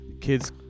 kids